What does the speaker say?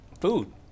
food